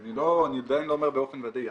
אני עדיין לא אומר באופן ודאי,